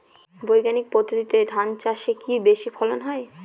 বৈজ্ঞানিক পদ্ধতিতে ধান চাষে কি বেশী ফলন হয়?